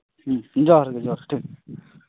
ᱡᱚᱦᱟᱨ ᱜᱮ ᱡᱚᱦᱟᱨ ᱴᱷᱤᱠ